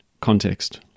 context